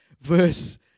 verse